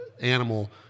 animal